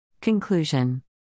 Conclusion